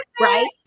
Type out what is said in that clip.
right